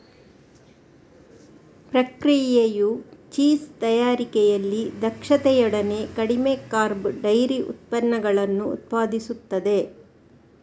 ಪ್ರಕ್ರಿಯೆಯು ಚೀಸ್ ತಯಾರಿಕೆಯಲ್ಲಿ ದಕ್ಷತೆಯೊಡನೆ ಕಡಿಮೆ ಕಾರ್ಬ್ ಡೈರಿ ಉತ್ಪನ್ನಗಳನ್ನು ಉತ್ಪಾದಿಸುತ್ತದೆ